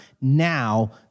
now